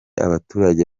abaturage